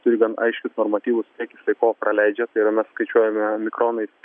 turi gan aiškius normatyvus kiek jisai ko praleidžia tai yra mes skaičiuojame mikronais